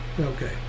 Okay